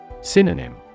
Synonym